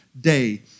day